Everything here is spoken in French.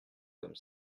comme